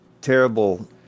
terrible